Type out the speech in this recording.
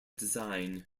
design